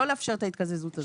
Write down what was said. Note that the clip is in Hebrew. לא לאפשר את ההתקזזות הזאת.